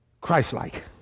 Christ-like